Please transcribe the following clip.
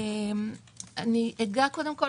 לא, אנשים לא ממשיכים